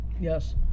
Yes